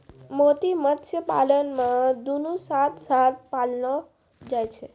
मोती मत्स्य पालन मे दुनु साथ साथ पाललो जाय छै